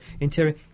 interior